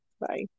Bye